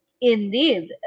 Indeed